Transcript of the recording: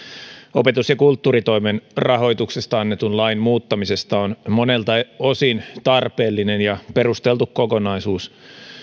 opetus ja kulttuuritoimen rahoituksesta annetun lain muuttamisesta on monelta osin tarpeellinen ja perusteltu kokonaisuus